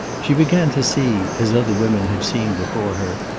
she began to see, as other women had seen before her,